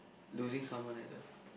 losing someone I love